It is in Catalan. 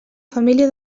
família